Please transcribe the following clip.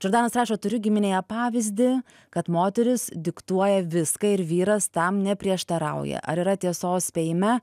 džordanas rašo turiu giminėje pavyzdį kad moteris diktuoja viską ir vyras tam neprieštarauja ar yra tiesos spėjime